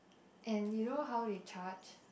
and you know how they charge